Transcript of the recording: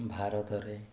ଭାରତରେ